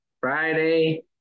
Friday